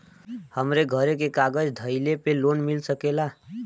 हमरे घरे के कागज दहिले पे लोन मिल सकेला?